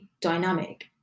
dynamic